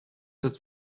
dass